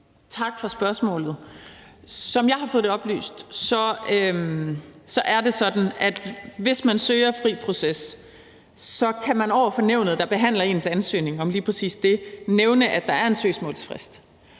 Tak for spørgsmålet. Som jeg har fået det oplyst, er det sådan, at hvis man søger fri proces, kan man over for nævnet, der behandler ens ansøgning om lige præcis det, nævne, at der er en søgsmålsfrist,